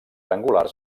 angulars